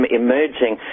emerging